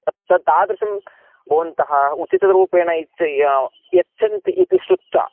तत् तत् तादृशं भवन्तः उचितरूपेण इच्च यच्छन्ति इति श्रुत्वा